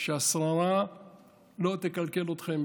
שהשררה לא תקלקל אתכם,